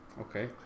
Okay